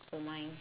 for mine